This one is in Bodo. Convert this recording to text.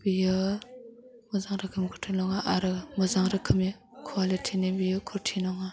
बियो मोजां रोखोम कुर्ति नङा आरो मोजां रोखोमनि कवालिटिनि बेयो कुर्ति नङा